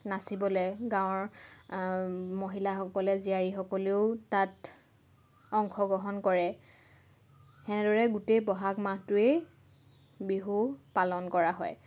নাচিবলে গাঁৱৰ মহিলাসকলে জীয়াৰীসকলেও তাত অংশগ্ৰহণ কৰে তেনেদৰে গোটেই বহাগ মাহটোৱেই বিহু পালন কৰা হয়